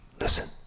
Listen